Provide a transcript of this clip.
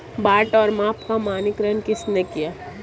बाट और माप का मानकीकरण किसने किया?